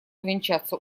увенчаться